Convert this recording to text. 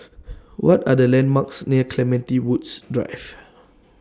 What Are The landmarks near Clementi Woods Drive